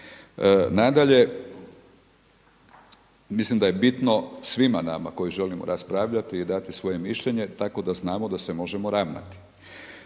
Nadalje, mislim da je bitno svima nama koji želimo raspravljati i dati svoje mišljenje tako da znamo da se možemo ravnati.